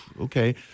okay